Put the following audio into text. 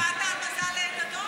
אתה לא שמעת על מזל דדון,